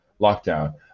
lockdown